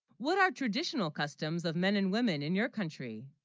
what are traditional customs of men and women in your country